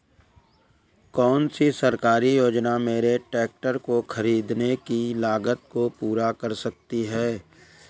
कौन सी सरकारी योजना मेरे ट्रैक्टर को ख़रीदने की लागत को पूरा कर सकती है?